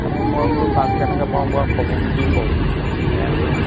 তাকে মই বোলো কাক কেনেকৈ পাওঁ বাৰু খবৰটো দিম বাৰু এনেকৈ কৈছোঁ